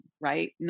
right